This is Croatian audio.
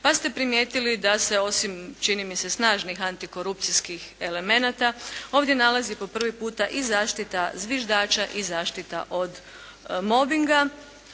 pa ste primijetili da se osim čini mi se snažnih anti korupcijskih elemenata ovdje nalazi po prvi puta i zaštita “zviždača“ i zaštita od mobinga